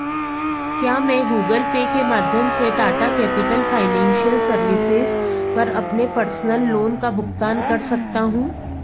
क्या मैं Google Pay के माध्यम से टाटा कैपिटल फाइनेंशियल सर्विसेज़ पर अपने पर्सनल लोन का भुगतान कर सकता हूँ